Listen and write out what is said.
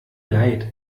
leid